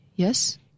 Yes